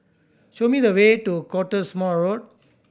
show me the way to Cottesmore Road